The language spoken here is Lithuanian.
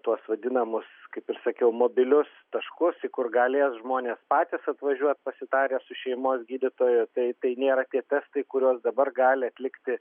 tuos vadinamus kaip ir sakiau mobilius taškus į kur galės žmonės patys atvažiuot pasitarę su šeimos gydytoju tai tai nėra tie testai kuriuos dabar gali atlikti